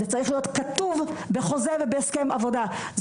זה צריך להיות כתוב בחוזה ובהסכם שכר.